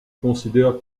considère